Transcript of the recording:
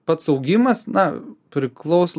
pats augimas na priklaus